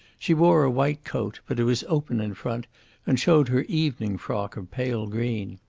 she wore a white coat, but it was open in front and showed her evening frock of pale green.